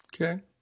Okay